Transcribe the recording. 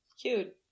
Cute